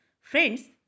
friends